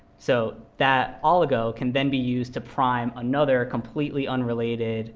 so that oligo can then be used to prime another completely unrelated